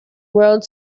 world